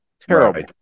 Terrible